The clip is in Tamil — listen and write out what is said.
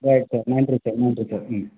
ரைட் சார் நன்றி சார் நன்றி சார் ம்